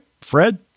Fred